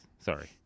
Sorry